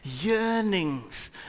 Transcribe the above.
yearnings